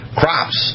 crops